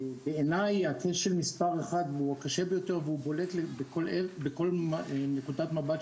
בעיניי הכשל הקשה ביותר ושבולט מכל נקודת מבט,